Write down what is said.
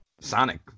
Sonic